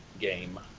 game